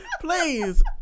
Please